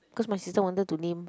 cause my sister wanted to name